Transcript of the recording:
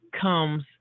comes